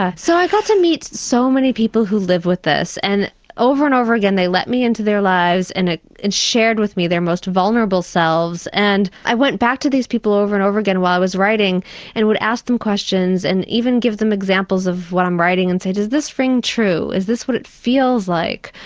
ah so i got to meet so many people who live with this, and over and over again they let me in to their lives and ah and shared with me their most vulnerable selves and i went back to these people over and over again while i was writing and would ask them questions and even give them examples of what i'm writing and say does this ring true, is this what it feels like?